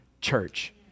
church